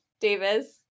Davis